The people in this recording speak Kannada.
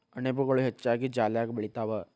ಅಣಬೆಗಳು ಹೆಚ್ಚಾಗಿ ಜಾಲ್ಯಾಗ ಬೆಳಿತಾವ